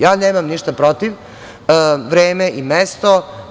Ja nemam ništa protiv, vreme i mesto.